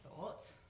thought